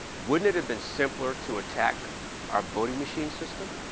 wouldn't it have been simpler to attack our voting machine system?